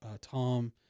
Tom